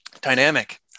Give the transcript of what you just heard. dynamic